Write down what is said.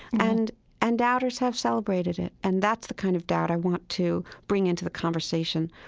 and and doubters have celebrated it. and that's the kind of doubt i want to bring into the conversation,